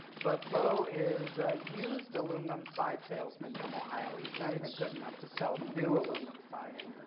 but bo is a used aluminum side salesmen from ohio. he's not even good enough to sell new aluminum siding.